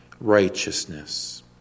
righteousness